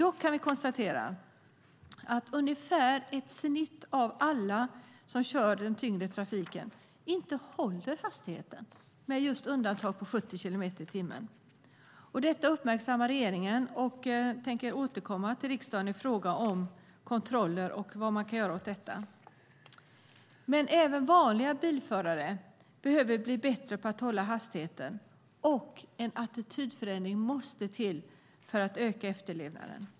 I snitt håller alltså drygt hälften av dem som kör den tyngre trafiken inte hastigheten, med undantag för när det gäller just 70 kilometer i timmen. Regeringen har uppmärksammat detta och tänker återkomma till riksdagen i frågan om kontroller och vad man kan göra åt detta. Även vanliga bilförare behöver bli bättre på att hålla hastigheten. En attitydförändring måste till för att öka efterlevnaden.